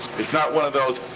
it's not one of those,